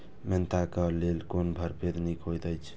Mentha क लेल कोन परभेद निक होयत अछि?